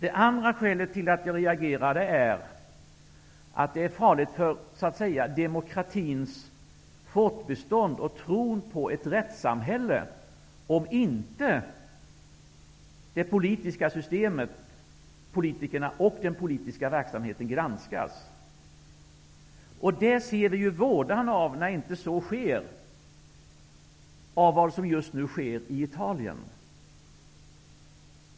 Det andra skälet till att jag reagerade är att det är farligt för demokratins fortbestånd och tron på ett rättssamhälle om inte politikerna och det politiska systemets verksamhet granskas. Vådan av att så inte sker ser vi i det som just nu äger rum i Italien.